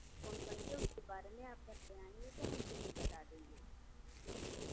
phone करके उसके बारे में आप बताएंगे तो हम खुद ही बता देंगे